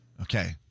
Okay